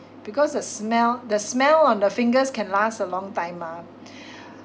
because the smell the smell on the fingers can last a long time mah